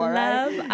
love